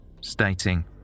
stating